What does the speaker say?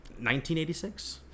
1986